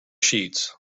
sheets